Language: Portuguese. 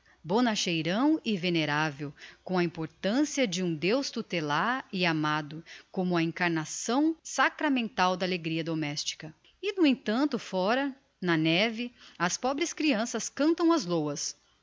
está bonacheirão e veneravel com a importancia de um deus tutelar e amado como a encarnação sacramental da alegria domestica e no emtanto fóra na neve as pobres creanças cantam as lôas